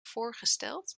voorgesteld